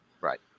right